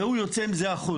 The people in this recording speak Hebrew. והוא יוצא עם זה החוצה.